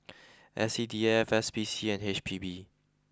S C D F S P C and H P B